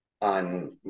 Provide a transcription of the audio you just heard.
on